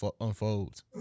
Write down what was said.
unfolds